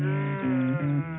hi